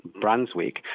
Brunswick